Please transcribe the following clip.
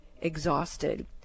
exhausted